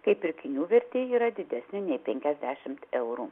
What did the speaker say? kai pirkinių vertė yra didesnė nei penkiasdešimt eurų